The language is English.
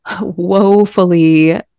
woefully